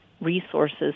resources